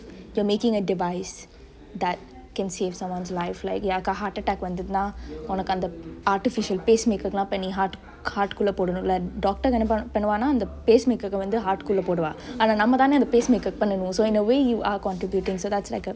you're making a device that can save someone's life like யாருக்கா:yaaruka heart attack வந்ததுனா உனக்கு அந்த:vanthathunaa unaku anthe artificial pacemaker ல பன்னி:la panni heart heart குல்ல போடுனுல:kulle podunule doctor என்ன பன்னுவன்~ பன்னுவானா:enne panuvan~ pannuvanaa pacemaker வந்து:vanthu heart குல்ல போடுவா ஆனா நம்ம தானெ அந்த:kulle poduvaa aana namme thaane anthe pacemaker பன்னனு:pannenu so in a way you are contributing so that's like a